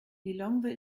lilongwe